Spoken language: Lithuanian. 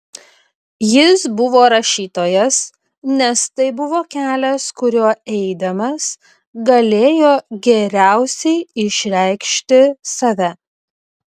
jis buvo rašytojas nes tai buvo kelias kuriuo eidamas galėjo geriausiai išreikšti save